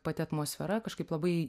pati atmosfera kažkaip labai